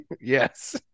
Yes